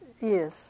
Yes